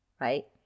right